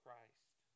Christ